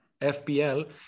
FPL